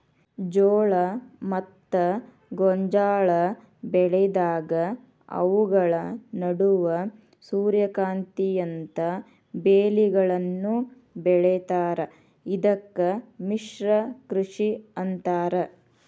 ಜೋಳ ಮತ್ತ ಗೋಂಜಾಳ ಬೆಳೆದಾಗ ಅವುಗಳ ನಡುವ ಸೂರ್ಯಕಾಂತಿಯಂತ ಬೇಲಿಗಳನ್ನು ಬೆಳೇತಾರ ಇದಕ್ಕ ಮಿಶ್ರ ಕೃಷಿ ಅಂತಾರ